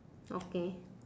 okay